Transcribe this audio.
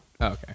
Okay